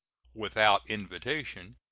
without invitation,